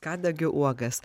kadagio uogas